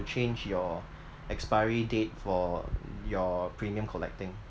change your expiry date for your premium collecting